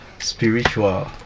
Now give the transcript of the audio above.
Spiritual